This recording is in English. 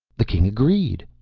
the king agreed,